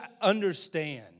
understand